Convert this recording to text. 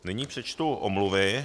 Nyní přečtu omluvy.